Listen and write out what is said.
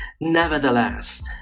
nevertheless